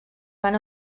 van